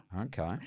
Okay